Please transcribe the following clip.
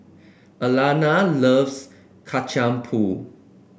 Ayana loves Kacang Pool